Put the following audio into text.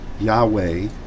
Yahweh